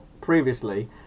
previously